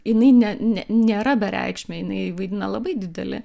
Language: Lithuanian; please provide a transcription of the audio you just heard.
jinai ne ne nėra bereikšmė jinai vaidina labai didelį